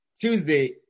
Tuesday